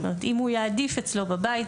אם הוא יעדיף אצלו בבית,